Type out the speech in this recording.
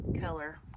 color